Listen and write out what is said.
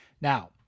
Now